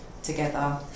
together